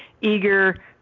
eager